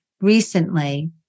recently